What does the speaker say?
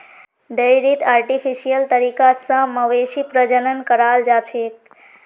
डेयरीत आर्टिफिशियल तरीका स मवेशी प्रजनन कराल जाछेक